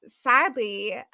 sadly